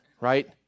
Right